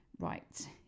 right